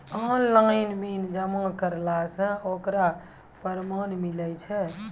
Online bill जमा करला से ओकरौ परमान मिलै छै?